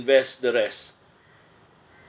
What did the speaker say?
invest the rest